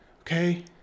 Okay